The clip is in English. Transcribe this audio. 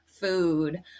Food